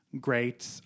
great